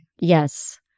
Yes